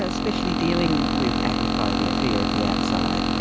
ah especially dealing with agoraphobia, fear of the outside?